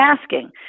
asking